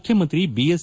ಮುಖ್ಯಮಂತ್ರಿ ಬಿಎಸ್